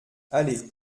allez